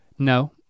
No